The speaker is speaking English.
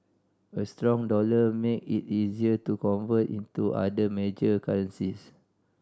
a strong dollar makes it easier to convert into other major currencies